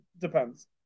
Depends